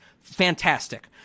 Fantastic